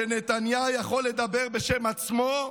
שנתניהו יכול לדבר בשם עצמו,